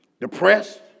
Depressed